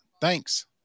thanks